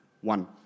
One